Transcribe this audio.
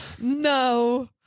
no